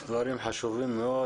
דברים חשובים מאוד.